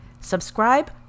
subscribe